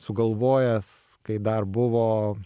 sugalvojęs kai dar buvo